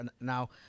now